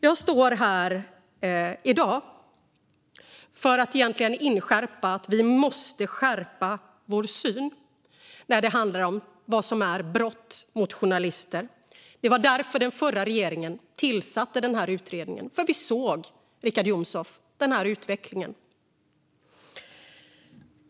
Jag står här i dag för att inskärpa att vi måste skärpa vår syn på vad som utgör brott mot journalister. Det var därför den förra regeringen tillsatte den här utredningen - för att vi såg denna utveckling, Richard Jomshof.